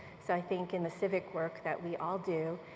so i think in the civic work that we all do,